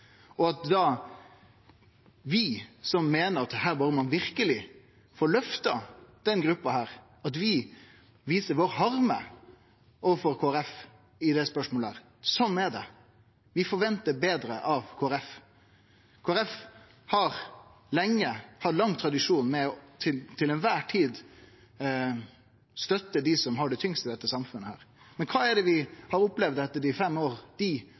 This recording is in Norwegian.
Og at da vi som meiner at her må ein verkeleg få løfta denne gruppa, viser harmen vår overfor Kristeleg Folkeparti i dette spørsmålet – vel, sånn er det. Vi forventar betre av Kristeleg Folkeparti. Kristeleg Folkeparti har ein lang tradisjon for til kvar tid å støtte dei som har det tyngst i dette samfunnet. Men kva er det vi har opplevd etter dei fem åra dei